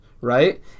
right